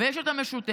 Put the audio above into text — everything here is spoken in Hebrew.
ויש את המשותפת,